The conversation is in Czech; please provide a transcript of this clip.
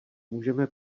můžeme